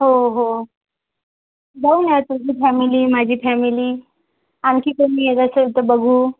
हो हो जाऊ न तुझी फॅमिली माझी फॅमिली आणखी कोणी येत असेल तर बघू